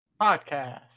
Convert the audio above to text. Podcast